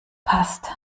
passt